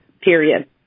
period